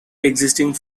existing